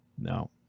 No